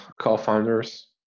co-founders